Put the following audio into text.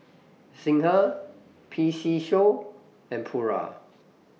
Singha P C Show and Pura